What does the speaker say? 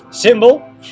symbol